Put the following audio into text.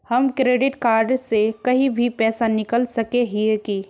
हम credit card से कहीं भी पैसा निकल सके हिये की?